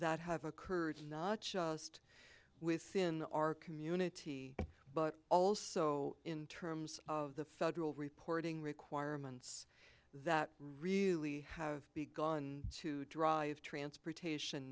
that have occurred not just within our community but also in terms of the federal reporting requirements that really have begun to drive transportation